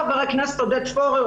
חבר הכנסת עודד פורר,